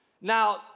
Now